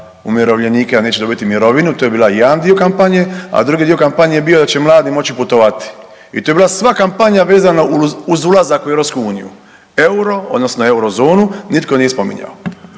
umirovljenike da neće dobiti mirovinu. To je bio jedan dio kampanje, a drugi dio kampanje je bio da će mladi moći putovati. I to je bila sva kampanja vezana uz ulazak uz EU. EUR-o odnosno eurozonu nitko nije spominjao.